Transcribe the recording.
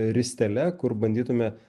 ristele kur bandytume